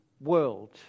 world